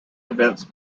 events